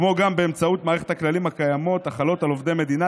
כמו גם באמצעות מערכות הכללים הקיימות החלות על עובדי מדינה,